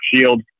shield